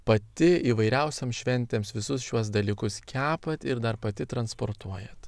pati įvairiausioms šventėms visus šiuos dalykus kepat ir dar pati transportuojat